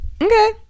Okay